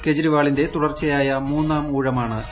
കേജ്രിവാളിന്റെ തുടർച്ചയായ മൂന്നാം ഊഴമാണ്ട് ഇത്